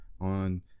on